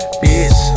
bitch